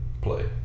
play